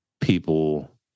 people